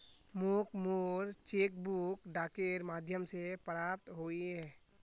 मोक मोर cheque book डाकेर माध्यम से प्राप्त होइए